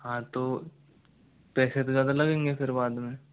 हाँ तो पैसे तो ज़्यादा लगेंगे फिर बाद में